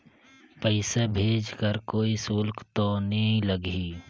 पइसा भेज कर कोई शुल्क तो नी लगही?